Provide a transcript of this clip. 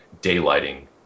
daylighting